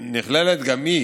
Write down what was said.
ונכללת גם היא